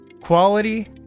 Quality